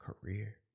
career